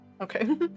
Okay